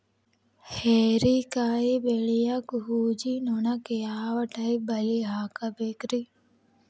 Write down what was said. ಹೇರಿಕಾಯಿ ಬೆಳಿಯಾಗ ಊಜಿ ನೋಣಕ್ಕ ಯಾವ ಟೈಪ್ ಬಲಿ ಹಾಕಬೇಕ್ರಿ?